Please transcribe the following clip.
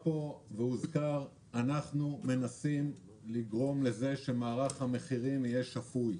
אנחנו מנסים לגרום לכך שמערך המחירים יהיה שפוי,